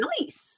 Nice